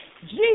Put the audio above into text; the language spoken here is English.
Jesus